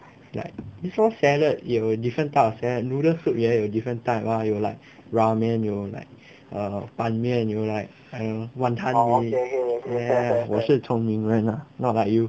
like 你说 salad 有 different type of salad noodle soup 也有 different type mah 有 like ramen 有 like eh 板面有 like eh wanton mee ya 我是聪明人啊 not like you